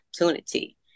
opportunity